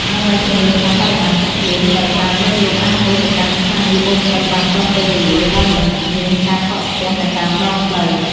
ដើម្បីធានាថាបរិមាណទឹកភ្លៀងដ៏ច្រើនលើសលប់អាចហូរទៅកាន់ស្ថានីយបូមទឹកបានទាន់ពេលវេលា ដោយមិនមានការកកស្ទះនៅតាមដងផ្លូវ។